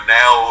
now